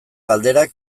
galderak